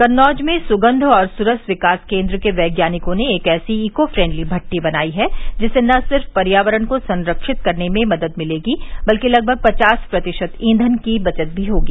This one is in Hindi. कन्नौज में सुगन्ध और सुरस विकास केन्द्र के वैज्ञानिकों ने एक ऐसी ईको फ्रेंडली भट्ठी बनायी है जिससे न सिर्फ पर्यावरण को संरक्षित करने में मदद मिलेगी बल्कि लगभग पचास प्रतिशत ईंघन की बचत भी होगी